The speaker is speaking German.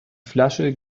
flasche